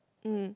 um